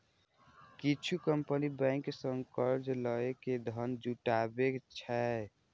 किछु company bank सं कर्ज लए के धन जुटाबै छै